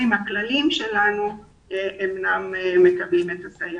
הכללים שלנו אינם מקבלים את הסייעת.